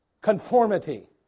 Conformity